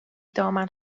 دامن